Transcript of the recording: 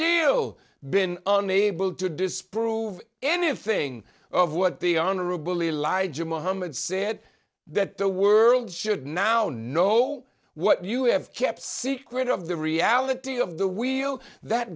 still been unable to disprove anything of what the honorable elijah muhammad said that the world should now know what you have kept secret of the reality of the wheel that